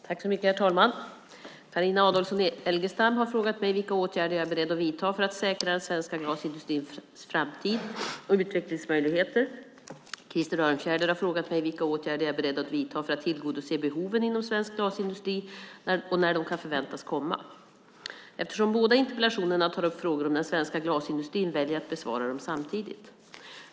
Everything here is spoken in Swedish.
Herr talman! Carina Adolfsson Elgestam har frågat mig vilka åtgärder jag är beredd att vidta för att säkra den svenska glasindustrins framtid och utvecklingsmöjligheter. Krister Örnfjäder har frågat mig vilka åtgärder jag är beredd att vidta för att tillgodose behoven inom svensk glasindustri och när de kan förväntas komma. Eftersom båda interpellationerna tar upp frågor om den svenska glasindustrin väljer jag att besvara dem samtidigt.